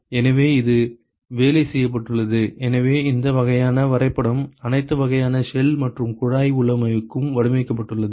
எனவே இது வேலை செய்யப்பட்டுள்ளது எனவே இந்த வகையான வரைபடம் அனைத்து வகையான ஷெல் மற்றும் குழாய் உள்ளமைவுக்கும் வடிவமைக்கப்பட்டுள்ளது